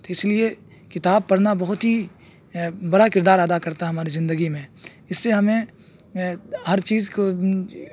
تو اس لیے کتاب پڑھنا بہت ہی بڑا کردار ادا کرتا ہے ہماری زندگی میں اس سے ہمیں ہر چیز کو